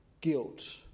Guilt